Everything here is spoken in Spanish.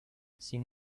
sin